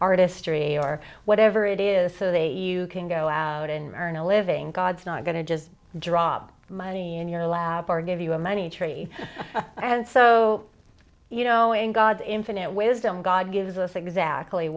artistry or whatever it is so they you can go out and earn a living god is not going to just drop money in your lap or give you a money tree and so you know in god's infinite wisdom god gives us exactly